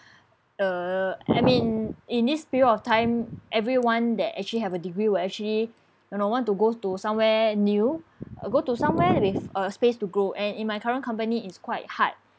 uh I mean in this period of time everyone that actually have a degree will actually you know want to go to somewhere new go to somewhere with a space to grow and in my current company it's quite hard